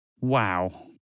wow